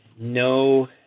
no